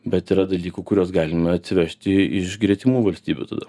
bet yra dalykų kuriuos galima atsivežti iš gretimų valstybių tada